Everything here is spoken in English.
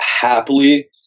happily